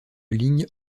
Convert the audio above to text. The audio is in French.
ligne